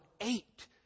eight